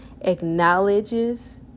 acknowledges